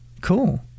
Cool